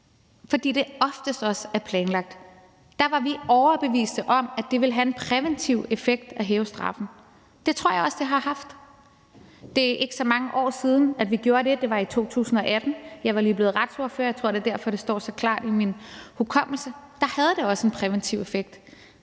fordi de oftest også er planlagt. Der var vi overbevist om, at det ville have en præventiv effekt at hæve straffen. Det tror jeg også det har haft. Det er ikke så mange år siden, at vi gjorde det. Det var i 2018. Jeg var lige blevet retsordfører. Jeg tror, det er derfor, det står så klart i min hukommelse. Der havde det også en præventiv effekt.